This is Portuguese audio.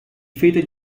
feita